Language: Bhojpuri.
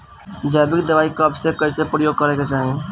जैविक दवाई कब कैसे प्रयोग करे के चाही?